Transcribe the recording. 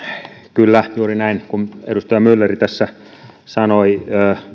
kyllä juuri näin kuin edustaja myller tässä sanoi